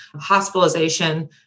hospitalization